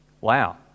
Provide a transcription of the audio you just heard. Wow